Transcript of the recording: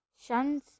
Shun's